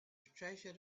treasure